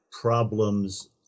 problems